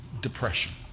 depression